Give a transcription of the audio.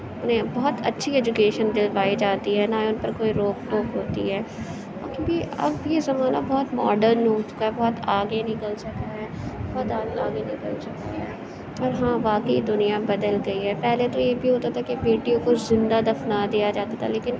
انہیں بہت اچھی ایجوکیشن دلوائی جاتی ہے نہ ان پر کوئی روک ٹوک ہوتی ہے کیونکہ اب یہ زمانہ بہت ماڈن ہو چکا ہے بہت آگے نکل چکا ہے بہت آگے آگے نکل چکا ہے اور ہاں واقعی دنیا بدل گئی ہے پہلے تو یہ بھی ہوتا تھا کہ بیٹیوں کو زندہ دفنا دیا جاتا تھا لیکن